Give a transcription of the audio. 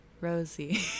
Rosie